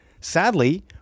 Sadly